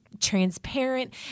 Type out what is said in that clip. transparent